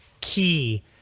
key